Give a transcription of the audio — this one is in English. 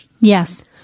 Yes